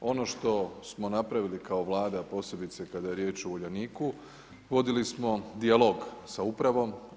Ono što smo napravili kao Vlada, a posebice kada je riječ o Uljaniku, vodili smo dijalog sa upravom.